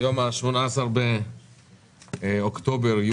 היום ה-18 באוקטובר 2021,